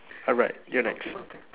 alright you're next